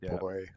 boy